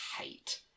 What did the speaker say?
hate